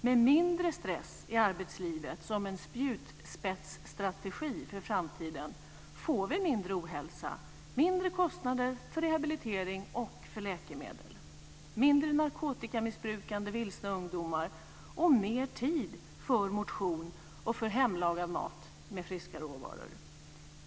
Med mindre stress i arbetslivet som en spjutspetsstrategi för framtiden får vi mindre ohälsa, mindre kostnader för rehabilitering och för läkemedel, mindre narkotikamissbrukande vilsna ungdomar och mer tid för motion och för hemlagad mat med friska råvaror.